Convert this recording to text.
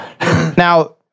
Now